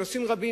נושאים רבים,